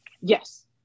yes